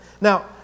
Now